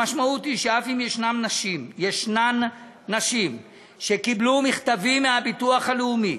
המשמעות היא שאף אם יש נשים שקיבלו מכתבים מהביטוח הלאומי,